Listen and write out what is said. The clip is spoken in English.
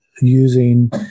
using